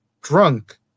drunk